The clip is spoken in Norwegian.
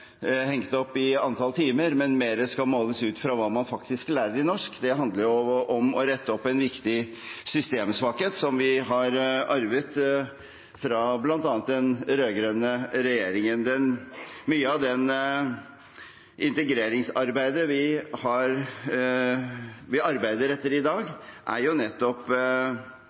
i antall timer, men mer skal måles ut ifra hva man faktisk lærer av norsk, handler om å rette opp en viktig systemsvakhet som vi har arvet fra bl.a. den rød-grønne regjeringen. Mye av det integreringsarbeidet vi arbeider etter i dag, er